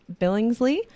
Billingsley